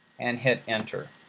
and hit enter.